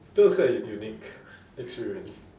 that was quite a unique experience